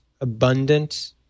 abundant